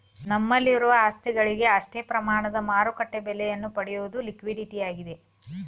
ನಮ್ಮಲ್ಲಿರುವ ಆಸ್ತಿಗಳಿಗೆ ಅಷ್ಟೇ ಪ್ರಮಾಣದ ಮಾರುಕಟ್ಟೆ ಬೆಲೆಯನ್ನು ಪಡೆಯುವುದು ಲಿಕ್ವಿಡಿಟಿಯಾಗಿದೆ